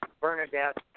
Bernadette